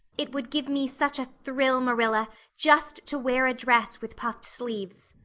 it would give me such a thrill, marilla, just to wear a dress with puffed sleeves.